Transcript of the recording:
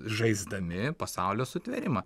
žaisdami pasaulio sutvėrimą